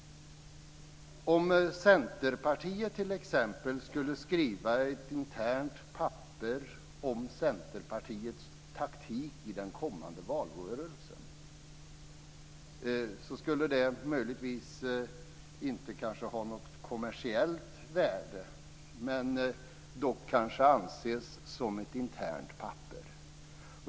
Om Centerpartiet t.ex. skulle skriva ett internt papper om Centerpartiets taktik i den kommande valrörelsen skulle det möjligtvis inte ha något kommersiellt värde men dock anses som ett internt papper.